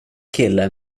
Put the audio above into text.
kille